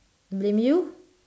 blame you